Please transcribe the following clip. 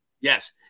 Yes